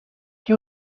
qui